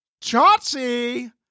chauncey